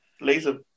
laser